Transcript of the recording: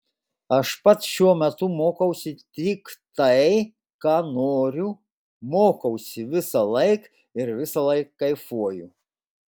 aš pats šiuo metu mokausi tik tai ką noriu mokausi visąlaik ir visąlaik kaifuoju